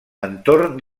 entorn